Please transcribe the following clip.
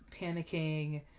panicking